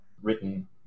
written